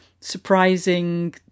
surprising